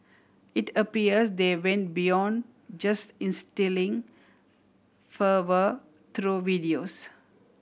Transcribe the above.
it appears they went beyond just instilling fervour through videos